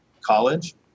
college